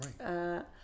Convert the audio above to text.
right